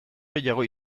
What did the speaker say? gehiago